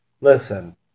listen